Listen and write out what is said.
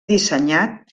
dissenyat